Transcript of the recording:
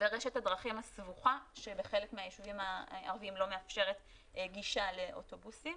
ורשת הדרכים הסבוכה שבחלק מהיישובים הערביים לא מאפשרת גישה לאוטובוסים.